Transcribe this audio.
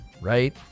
Right